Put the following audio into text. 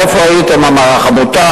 איפה הייתם, המערך המוטס?